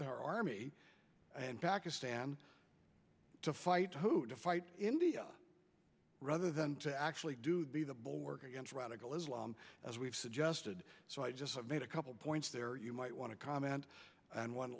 their army and pakistan to fight who to fight india rather than to actually be the bulwark against radical islam as we've suggested so i just made a couple of points there you might want to comment and one